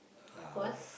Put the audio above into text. of course